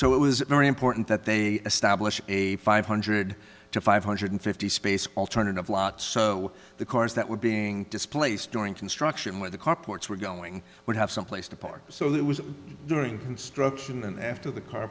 so it was very important that they establish a five hundred to five hundred fifty space alternative lots so the cars that were being displaced during construction where the car ports were going would have someplace to park so it was during construction and after the car